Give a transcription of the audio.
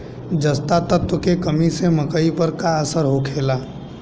जस्ता तत्व के कमी से मकई पर का असर होखेला?